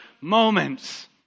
moments